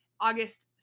August